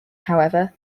however